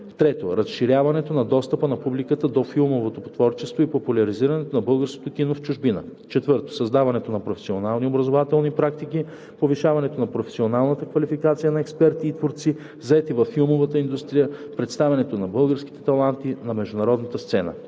3. разширяването на достъпа на публиката до филмовото творчество и популяризирането на българското кино в чужбина; 4. създаването на професионални образователни практики, повишаването на професионалната квалификация на експерти и творци, заети във филмовата индустрия, представянето на българските таланти на международната сцена;